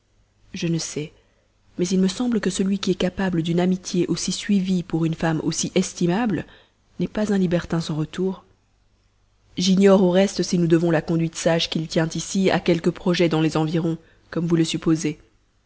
je ne sais mais il me semble que celui qui est capable d'une amitié aussi suivie pour une femme aussi estimable n'est pas un libertin sans retour j'ignore au reste si nous devons la conduite sage qu'il tient ici à quelques projets dans les environs comme vous le supposez